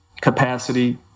capacity